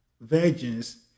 virgins